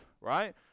right